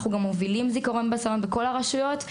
אנחנו גם מובילים זיכרון בסלון בכל הרשויות,